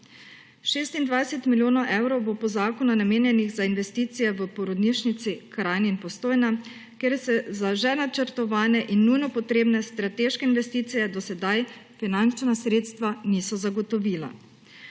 26 milijonov evrov bo pa zakonu namenjenih za investicije v porodnišnici Kranj in Postojna, kjer se za že načrtovane in nujno potrebne strateške investicije do sedaj finančna sredstva niso zagotovila.